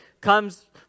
comes